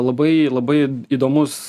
labai labai įdomus